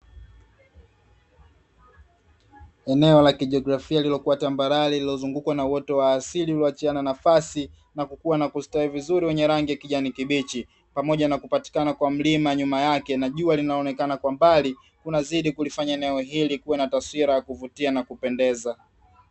Eneo la kijiografia lililokuwa tambarare lililozungukwa na uoto wa asili ulioachiana nafasi, na kukua na kusitawi vizuri wenye rangi ya kijani kibichi, pamoja na kupatikana kwa mlima nyuma yake na jua linaonekana kwa mbali, kunazidi kulifanya eneo hili kuwa na taswira ya kuvutia na kupendeza.